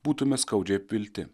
būtume skaudžiai pilti